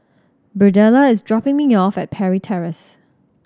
Birdella is dropping me off at Parry Terrace